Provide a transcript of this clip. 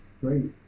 great